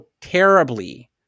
terribly